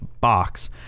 box